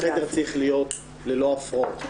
איך החדר צריך להיות, ללא הפרעות.